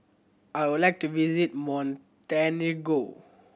I would like to visit Montenegro